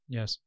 Yes